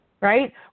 right